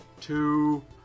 two